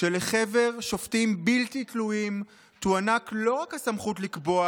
"שלחבר שופטים בלתי תלויים תוענק לא רק הסמכות לקבוע,